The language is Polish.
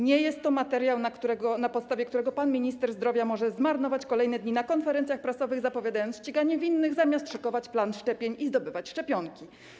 Nie jest to materiał, przez który pan minister zdrowia może zmarnować kolejne dni na konferencjach prasowych, zapowiadając ściganie winnych, zamiast szykować plan szczepień i zdobywać szczepionki.